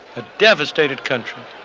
a devastated country.